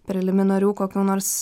preliminarių kokių nors